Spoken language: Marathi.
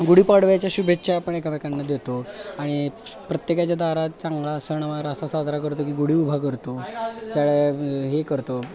गुढीपाडव्याच्या शुभेच्छा आपण एकामेकांना देतो आणि प्रत्येकाच्या दारात चांगला सणवार असा साजरा करतो की गुढी उभा करतो त्यावेळेला हे करतो